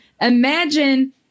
imagine